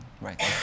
right